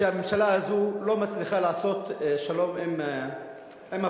שהממשלה הזאת לא מצליחה לעשות שלום עם הפלסטינים,